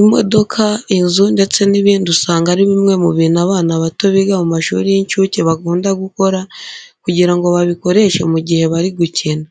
Imodoka, inzu ndetse n'ibindi usanga ari bimwe mu bintu abana bato biga mu mashuri y'incuke bakunda gukora kugira ngo babikoreshe mu gihe bari gukina.